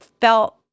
felt